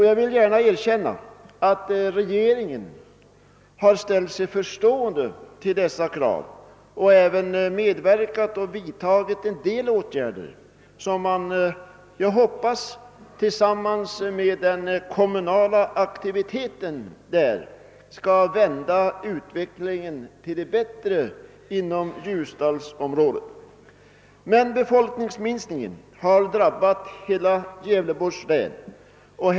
Jag skall gärna erkänna att regeringen har ställt sig förstående till dessa krav och vidtagit en del åtgärder som man hoppas tillsammans med den kommunala aktiviteten skall vända utvecklingen till det bättre inom Ljusdalsområdet. Men befolkningsminskningen har drabbat hela Gävleborgs län.